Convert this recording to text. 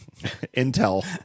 Intel